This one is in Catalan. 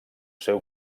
seu